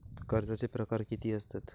कर्जाचे प्रकार कीती असतत?